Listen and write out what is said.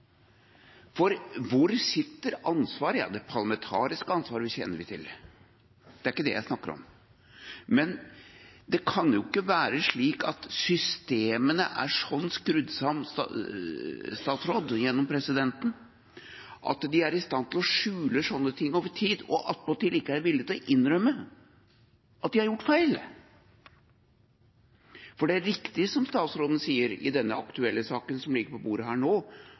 regjering. Hvor sitter ansvaret? Det parlamentariske ansvaret kjenner vi til, det er ikke det jeg snakker om. Men systemene kan jo ikke være skrudd sammen slik at man er i stand til å skjule slike ting over tid, og attpåtil ikke er villig til å innrømme at man har gjort feil. Det er riktig som statsråden sier i denne aktuelle saken – som ligger på bordet nå